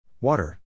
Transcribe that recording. Water